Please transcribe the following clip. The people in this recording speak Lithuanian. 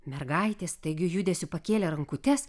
mergaitė staigiu judesiu pakėlė rankutes